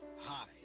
Hi